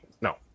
No